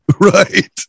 Right